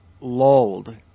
lulled